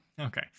Okay